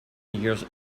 years